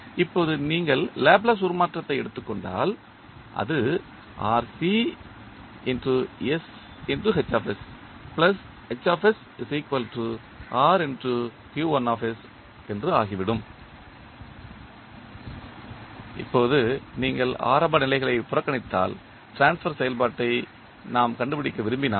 இப்போது நீங்கள் லாப்லேஸ் உருமாற்றத்தை எடுத்துக் கொண்டால் அது ஆகிவிடும் இப்போது நீங்கள் ஆரம்ப நிலைமைகளை புறக்கணித்தால் டிரான்ஸ்பர் செயல்பாட்டை நாம் கண்டுபிடிக்க விரும்பினால்